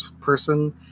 person